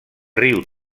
riu